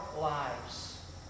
lives